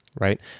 right